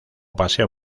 paseo